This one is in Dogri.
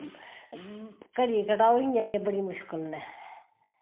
घड़ी कटाओ इ'यां बड़ी मुशकल नै